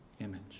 image